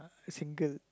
single